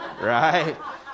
right